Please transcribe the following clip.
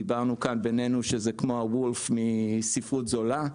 דיברנו כאן בינינו שזה כמו וולף מספרות זולה,